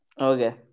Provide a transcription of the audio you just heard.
Okay